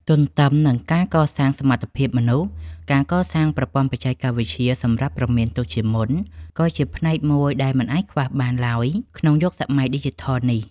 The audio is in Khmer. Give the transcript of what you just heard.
ទន្ទឹមនឹងការកសាងសមត្ថភាពមនុស្ស ការកសាងប្រព័ន្ធបច្ចេកវិទ្យាសម្រាប់ព្រមានទុកជាមុន ក៏ជាផ្នែកមួយដែលមិនអាចខ្វះបានឡើយ ក្នុងយុគសម័យឌីជីថលនេះ។